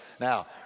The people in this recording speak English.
Now